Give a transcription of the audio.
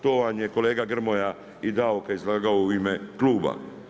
To vam je kolega Grmoja i dao kada je izlagao u ime kluba.